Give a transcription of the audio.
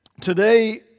today